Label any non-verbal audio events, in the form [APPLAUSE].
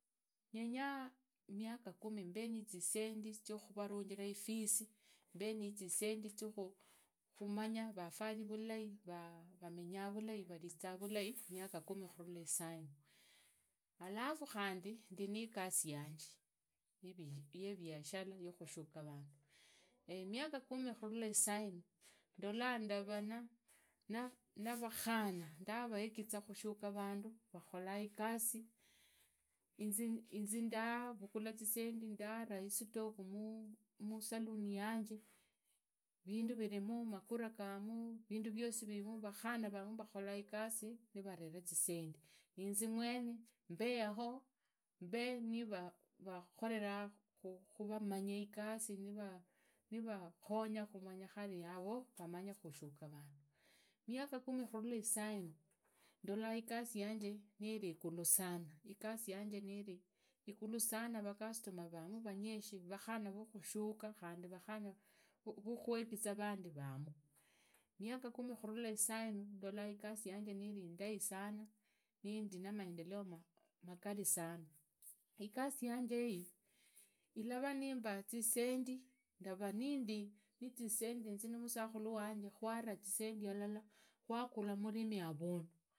Ndenyaa miaka kumi mbe nizisendi ziakhuvarunjia ifisi mbe nizisendi zia khumanya rafali vulai ramenyaa vulai vurizaa vulai miga kumi khurula issaina. Alafu khandi ndi nigasi yanje yiviashara yukhushuka vandu [HESITATION] miaka kumi khurula isainu ndolaa ndarana na navakhana ndaraegiza khushuka vandu vakhola igasi inzi darugula zisendi ndaraa zistoku musaluni yanje vindu virimu magura garimu, vindu viosi virimu vakhana varimu vakhora igasi nivarera zisendi niinzi mwene mbeyaho mbe nivakhoreraa khuvamanyaa igasi nivakhanya khari khumanya khari yaro vamanye khushuka vandu miaka kumi khurula isainu ndola igasi yanje niri gulu sana iyasi yanje vakastomaa vavee vanyishi vatikana vakushuka khandi vakuegiza vandi vurimu. Miaka kumi khurula isainiu ndola igasi yanje niri indaisana nindi namaendeleo magari sana igasi yanje iyi ilava nimbaa zisendi ndara nindi nizisendi na musakhulu wanje kwaraa zisendi hulala khukhagura murimi avundu.